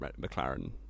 mclaren